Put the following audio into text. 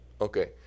Okay